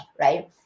right